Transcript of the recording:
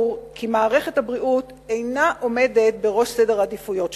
כי מערכת הבריאות אינה עומדת בראש סדר העדיפויות שלך.